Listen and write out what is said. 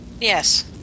Yes